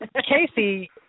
Casey